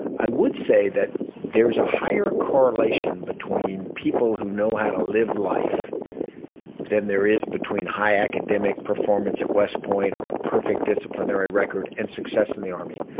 i would say that there's a higher correlation between people who know how to live life than there is between high academic performance at west point, or a perfect disciplinary record and success in the army.